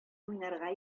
уйнарга